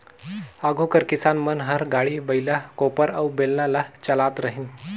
आघु कर किसान मन हर गाड़ी, बइला, कोपर अउ बेलन ल चलात रहिन